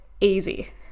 easy